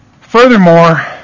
Furthermore